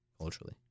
culturally